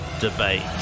Debate